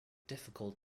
difficult